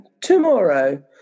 tomorrow